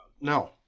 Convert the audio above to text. No